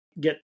get